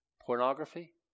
pornography